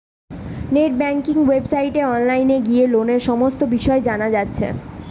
net banking ওয়েবসাইটে online গিয়ে লোনের সমস্ত বিষয় জানা যাচ্ছে